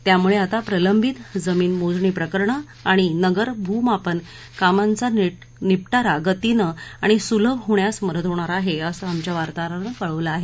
त्यामुळे आता प्रलंबित जमिन मोजणी प्रकरणे आणि नगर भूमापन कामांचा निपटारा गतीनं आणि सुलभ होण्यास मदत होणार आहे असं आमच्या वार्ताहरानं कळवलं आहे